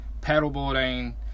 paddleboarding